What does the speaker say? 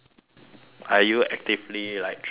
are you actively like trying to